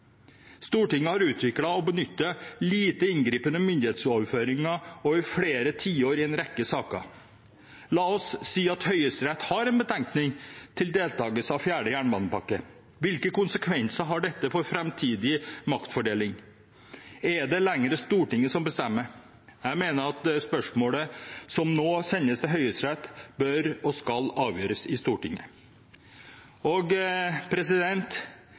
Stortinget har utviklet og benyttet lite inngripende myndighetsføringer over flere tiår i en rekke saker. La oss si at Høyesterett har en betenkning til deltagelse i fjerde jernbanepakke. Hvilke konsekvenser har dette for framtidig maktfordeling? Er det lenger Stortinget som bestemmer? Jeg mener at spørsmålet som nå sendes til Høyesterett, bør og skal avgjøres i Stortinget.